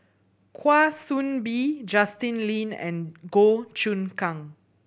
Kwa Soon Bee Justin Lean and Goh Choon Kang